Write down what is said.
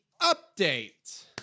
update